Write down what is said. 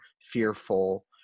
fearful